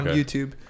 YouTube